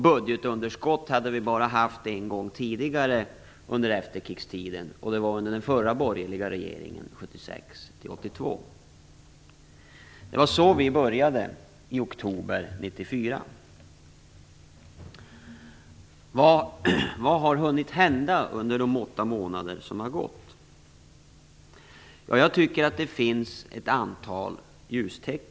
Budgetunderskott hade vi bara haft en gång tidigare under efterkrigstiden, och det var under den förra borgerliga regeringen 1976-1982. Det var så vi började i oktober 1994. Vad har hunnit hända under de åtta månader som har gått? Det finns ett antal ljuspunkter.